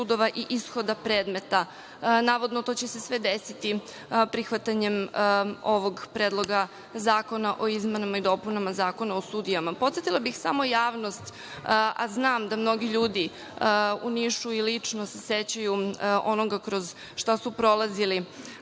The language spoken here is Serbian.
i ishoda predmeta. Navodno, to će se sve desiti prihvatanjem ovog Predloga zakona o izmenama i dopunama Zakona o sudijama. Podsetila bih samo javnost, a znam da mnogi ljudi u Nišu i lično se sećaju onoga kroz šta su prolazili